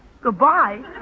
Goodbye